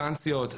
טרנסיות,